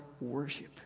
worship